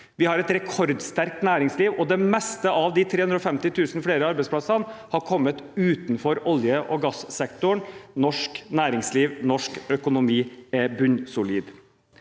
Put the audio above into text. Vi har et rekordsterkt næringsliv, og de fleste av de 350 000 flere arbeidsplassene har kommet utenfor olje- og gassektoren. Norsk næringsliv og norsk økonomi er bunnsolid.